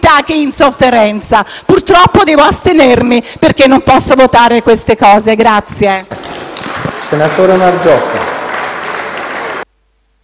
città in sofferenza. Purtroppo devo astenermi, perché non posso votare queste cose.